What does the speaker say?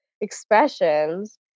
expressions